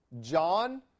John